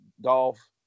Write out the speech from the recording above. Dolph